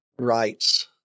rights